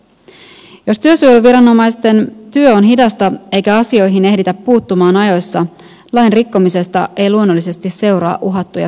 jos työsuojeluviranomaisten työ on hidasta eikä asioihin ehditä puuttumaan ajoissa lain rikkomisesta ei luonnollisesti seuraa uhattuja sanktioita